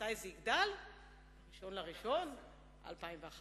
אלא אתה